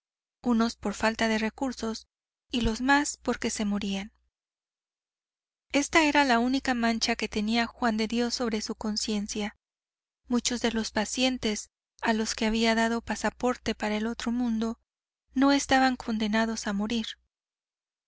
unos por falta de recursos y los más porque se morían esta era la única mancha que tenía juan de dios sobre su conciencia muchos de los pacientes a los que había dado pasaporte para el otro mundo no estaban condenados a morir